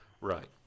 Right